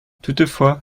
toutefois